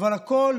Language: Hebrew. אבל הכול